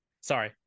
Sorry